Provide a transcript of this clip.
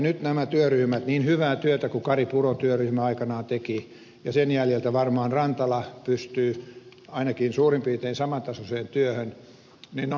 nyt nämä työryhmät niin hyvää työtä kuin kari puron työryhmä aikanaan teki ja sen jäljiltä varmaan rantala pystyy ainakin suurin piirtein samantasoiseen työhön ovat ehkä ihan oikein